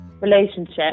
relationship